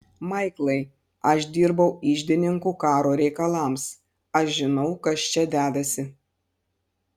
maiklai aš dirbau iždininku karo reikalams aš žinau kas čia dedasi